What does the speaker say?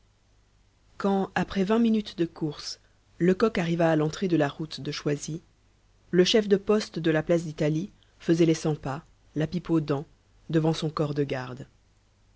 quand après vingt minutes de course lecoq arriva à l'entrée de la route de choisy le chef de poste de la place d'italie faisait les cent pas la pipe aux dents devant son corps de garde